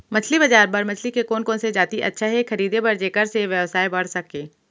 मछली बजार बर मछली के कोन कोन से जाति अच्छा हे खरीदे बर जेकर से व्यवसाय बढ़ सके?